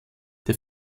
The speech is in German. der